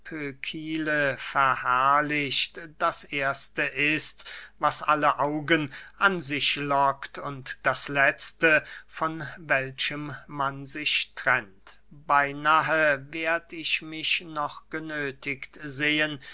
pökile verherrlicht das erste ist was alle augen an sich lockt und das letzte von welchem man sich trennt beynahe werd ich mich noch genöthigt sehen